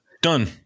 Done